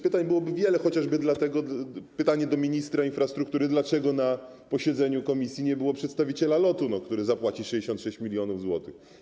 Pytań byłoby wiele, chociażby pytanie do ministra infrastruktury, dlaczego na posiedzeniu komisji nie było przedstawiciela LOT-u, który zapłaci 66 mln zł.